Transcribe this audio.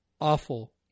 awful